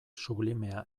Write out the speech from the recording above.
sublimea